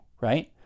right